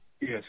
yes